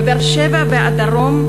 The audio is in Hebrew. בבאר-שבע ובדרום,